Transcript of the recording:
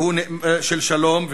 והוא של שלום,